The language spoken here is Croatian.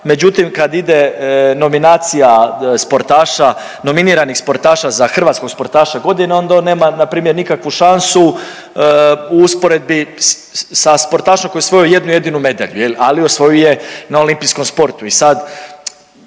međutim kad ide nominacija sportaša, nominiranih sportaša za hrvatskog sportaša godine onda on nema npr. nikakvu šansu u usporedi sa sportašem koji je osvojio jednu jedinu medalju, ali osvojio ju je na olimpijskom sportu.